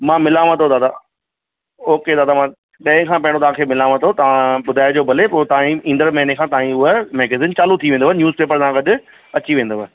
मां मिलांव थो दादा ओके दादा मां ॾहे खां पहिरियों तव्हांखे मिलांव थो तव्हां ॿुधाइजो भले पोइ तव्हांजी ईंदड़ महीने खां तव्हांजी हूअ मैगज़ीन चालू थी वेंदव न्यूज़पेपर सां गॾु अची वेंदव